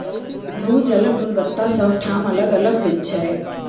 भू जलक गुणवत्ता सभ ठाम अलग अलग होइत छै